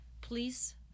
please